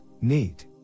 neat